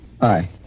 Hi